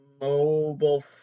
mobile